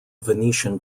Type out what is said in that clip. venetian